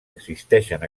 existeixen